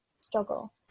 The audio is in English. struggle